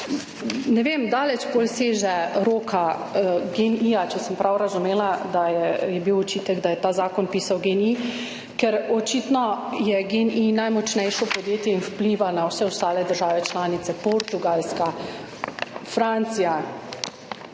Ne vem, bolj daleč seže roka GEN-I, če sem prav razumela, da je bil očitek, da je ta zakon pisal GEN-I, ker je očitno GEN-I najmočnejše podjetje in vpliva na vse ostale države članice. Portugalska, Francija,